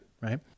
right